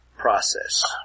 process